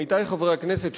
עמיתי חברי הכנסת,